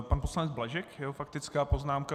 Pan poslanec Blažek, jeho faktická poznámka.